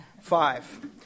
Five